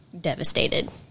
devastated